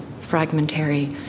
fragmentary